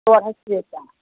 ژور ہَتھ شیٖتھ تام